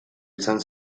izan